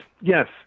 yes